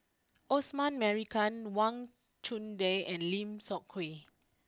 Osman Merican Wang Chunde and Lim Seok Hui